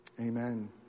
Amen